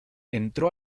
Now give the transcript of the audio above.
entró